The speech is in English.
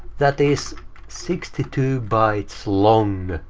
that is sixty two bytes long.